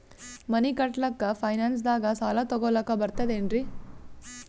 ಮನಿ ಕಟ್ಲಕ್ಕ ಫೈನಾನ್ಸ್ ದಾಗ ಸಾಲ ತೊಗೊಲಕ ಬರ್ತದೇನ್ರಿ?